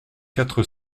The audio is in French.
quatre